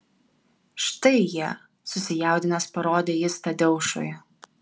štai jie susijaudinęs parodė jis tadeušui